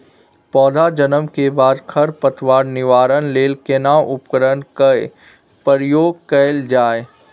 पौधा जन्म के बाद खर पतवार निवारण लेल केना उपकरण कय प्रयोग कैल जाय?